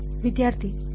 ವಿದ್ಯಾರ್ಥಿ ಟಿ